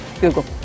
Google